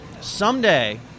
someday